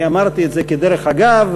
אני אמרתי את זה כדרך אגב,